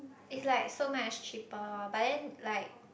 it's like so much cheaper but then like